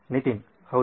ನಿತಿನ್ ಹೌದು